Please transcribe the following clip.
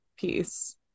piece